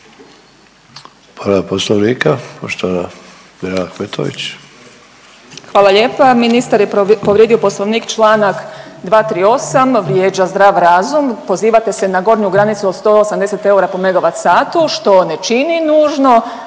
**Ahmetović, Mirela (SDP)** Hvala lijepa. Ministar je povrijedio Poslovnik, čl. 238. Vrijeđa zdrav razum. Pozivate se na gornju granicu od 180 eura po MWh što ne čini nužno